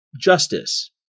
justice